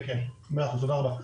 תודה רבה.